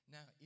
Now